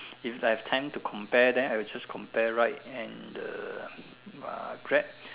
if I have time to compare then I will just compare Ryde and the uh Grab